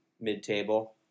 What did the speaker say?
mid-table